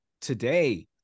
today